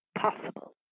possible